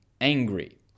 angry